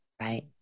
Right